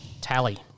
Tally